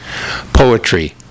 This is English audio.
Poetry